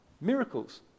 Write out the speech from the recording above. miracles